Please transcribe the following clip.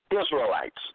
Israelites